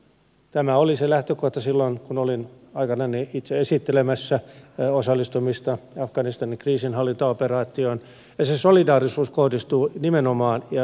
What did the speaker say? tämä oli se lähtökohta silloin kun olin aikanani itse esittelemässä osallistumista afganistanin kriisinhallintaoperaatioon ja se solidaarisuus kohdistuu nimenomaan afganistanilaisiin